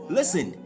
Listen